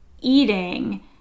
eating